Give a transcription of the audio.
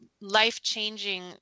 life-changing